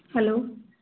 hello